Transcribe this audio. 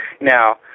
now